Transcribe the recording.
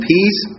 Peace